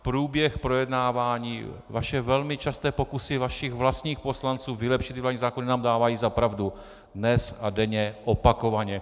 Průběh projednávání, vaše velmi časté pokusy vašich vlastních poslanců vylepšit ty vládní zákony nám dávají za pravdu dnes a denně, opakovaně.